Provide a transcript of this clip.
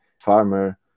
farmer